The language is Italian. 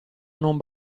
non